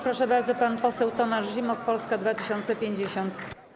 Proszę bardzo, pan poseł Tomasz Zimoch, Polska 2050.